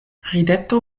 rideto